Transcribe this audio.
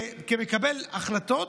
כמקבל החלטות